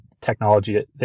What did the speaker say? technology